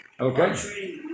Okay